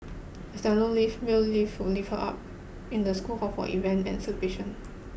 as there are no lift male lift would lift her up in the school hall for event and celebration